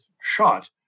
shot